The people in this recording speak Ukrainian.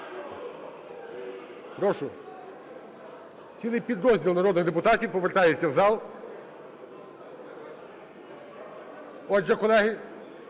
Прошу. Цілий підрозділ народних депутатів повертається в зал. Отже, колеги,